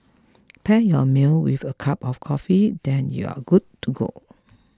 pair your meal with a cup of coffee then you're good to go